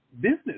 business